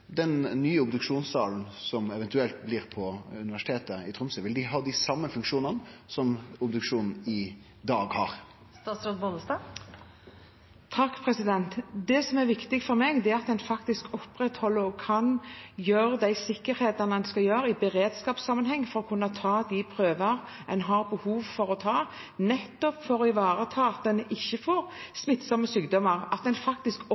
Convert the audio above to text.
vil han ha dei same funksjonane som ein i dag har for obduksjon? Det som er viktig for meg, er at en faktisk opprettholder sikkerheten for at en i beredskapssammenheng kan ta de prøver en har behov for å ta, nettopp for å ivareta det at en ikke får smittsomme sykdommer, at en faktisk